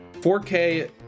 4K